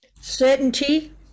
Certainty